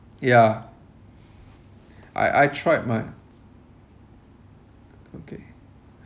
ya I I tried my okay